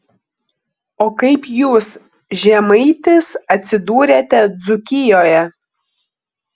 o kaip jūs žemaitis atsidūrėte dzūkijoje